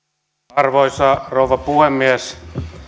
arvoisa rouva puhemies